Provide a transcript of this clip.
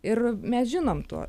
ir mes žinom to